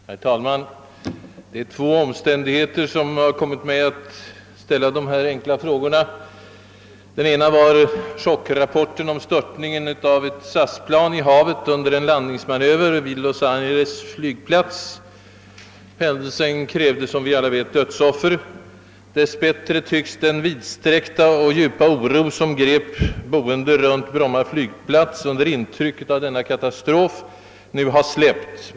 Herr talman! Det är två omständigheter som har kommit mig att ställa denna enkla fråga. Den ena var chockrapporten nyligen om ett SAS-plans störtning i havet under en landningsmanöver vid Los Angeles flygplats. Händelsen krävde som vi alla vet dödsoffer. Dess bättre tycks den vidsträckta och djupa oro, som grep boende runt Bromma flygplats under intrycket av denna katastrof, nu ha släppt.